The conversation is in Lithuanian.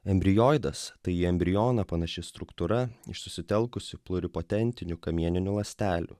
embrionas tai į embrioną panaši struktūra ir susitelkusi turi potencinių kamieninių ląstelių